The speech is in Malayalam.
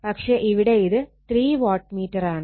പക്ഷെ ഇവിടെ ഇത് ത്രീ വാട്ട് മീറ്ററാണ്